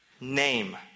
name